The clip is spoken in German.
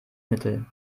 mittel